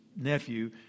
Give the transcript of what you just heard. nephew